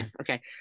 Okay